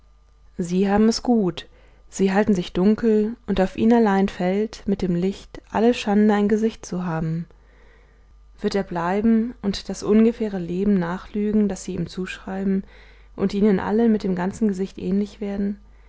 sie haben es gut sie halten sich dunkel und auf ihn allein fällt mit dem licht alle schande ein gesicht zu haben wird er bleiben und das ungefähre leben nachlügen das sie ihm zuschreiben und ihnen allen mit dem ganzen gesicht ähnlich werden